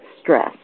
stress